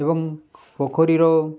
ଏବଂ ପୋଖରୀର